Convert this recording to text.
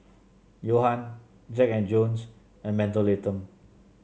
Jack And Jones and Mentholatum